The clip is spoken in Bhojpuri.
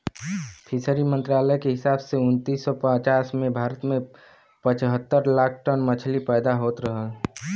फिशरी मंत्रालय के हिसाब से उन्नीस सौ पचास में भारत में पचहत्तर लाख टन मछली पैदा होत रहल